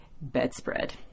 bedspread